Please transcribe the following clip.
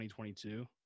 2022